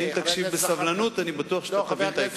אם תקשיב בסבלנות, אני בטוח שתבין את ההקשר.